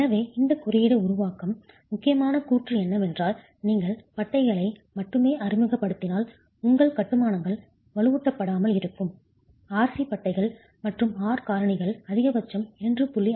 எனவே இந்தக் குறியீடு உருவாக்கும் முக்கியமான கூற்று என்னவென்றால் நீங்கள் பட்டைகளை மட்டுமே அறிமுகப்படுத்தினால் உங்கள் கட்டுமானங்கள் வலுவூட்டப்படாமல் இருக்கும் RC பட்டைகள் மற்றும் R காரணிகள் அதிகபட்சம் 2